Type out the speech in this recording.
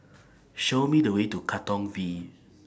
Show Me The Way to Katong V